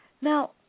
Now